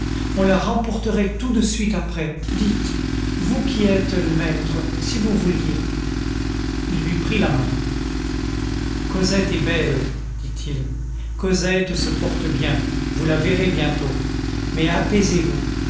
on la remporterait tout de suite après dites vous qui êtes le maître si vous vouliez il lui prit la main cosette est belle dit-il cosette se porte bien vous la verrez bientôt mais apaisez vous